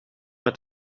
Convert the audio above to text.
met